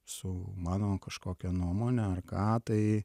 su mano kažkokią nuomonę ar ką tai